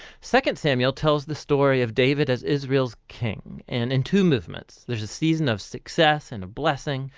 second samuel tells the story of david as israel's king and in two movements there's a season of success and a blessing,